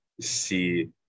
see